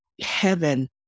Heaven